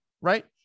right